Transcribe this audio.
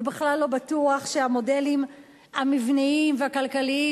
ובכלל לא בטוח שהמודלים המבניים והכלכליים